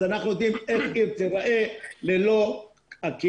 אז אנחנו יודעים איך עיר תיראה ללא הכלים